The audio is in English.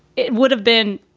it would have been,